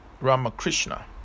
Ramakrishna